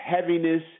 heaviness